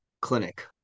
Clinic